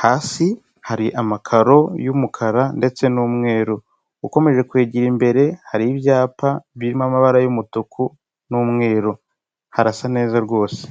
hasi hari amakaro y'umukara ndetse n'umweru ukomeje kwigira imbere hari ibyapa birimo amabara y'umutuku n'umweru arasa neza rwose.